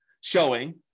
showing